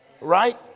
Right